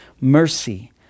mercy